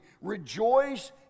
rejoice